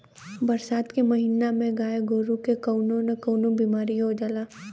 बरसात के महिना में गाय गोरु के कउनो न कउनो बिमारी हो जाला